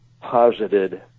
posited